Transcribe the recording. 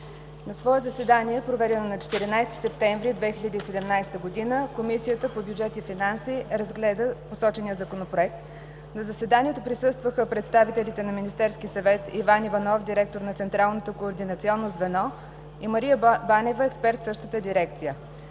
„На свое заседание, проведено на 14 септември 2017 г., Комисията по бюджет и финанси разгледа посочения Законопроект. На заседанието присъстваха представителите на Министерския съвет: Иван Иванов – директор на Централното координационно звено, и Мария Банева – експерт в същата дирекция.